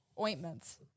ointments